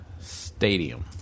stadium